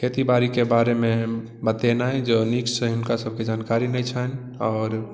खेती बारी के बारे मे बतेनै जे ओ नीक से हुनका सबके जानकारी नहि छनि आओर